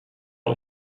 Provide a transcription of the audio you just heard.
też